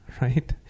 right